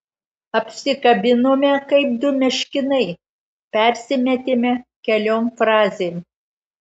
apsikabinome kaip du meškinai persimetėme keliom frazėm